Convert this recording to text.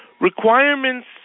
Requirements